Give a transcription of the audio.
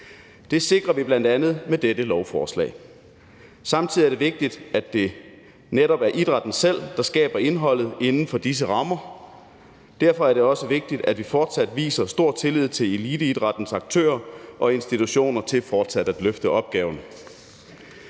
Det sikrer vi bl.a. med dette lovforslag. Samtidig er det vigtigt, at det netop er idrætten selv, der skaber indholdet inden for disse rammer. Derfor er det også vigtigt, at vi fortsat viser stor tillid til eliteidrættens aktører og institutioner til fortsat at løfte opgaven.